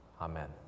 amen